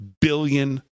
billion